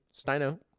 Steino